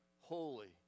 holy